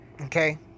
okay